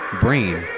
brain